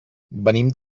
venim